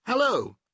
Hello